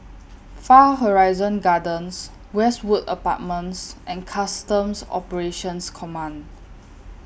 Far Horizon Gardens Westwood Apartments and Customs Operations Command